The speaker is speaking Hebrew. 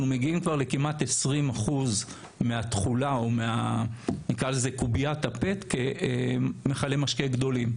מגיעים כבר לכמעט 20% מהתכולה או נקרא לזה קוביית הפט כמכלי משקה גדולים.